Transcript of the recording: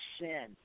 sin